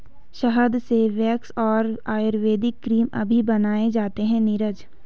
शहद से वैक्स और आयुर्वेदिक क्रीम अभी बनाए जाते हैं नीरज